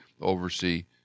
oversee